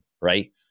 right